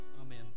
Amen